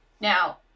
Now